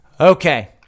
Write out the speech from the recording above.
Okay